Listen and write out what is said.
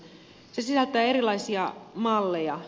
se sisältää erilaisia malleja